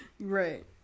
Right